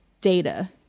data